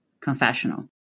confessional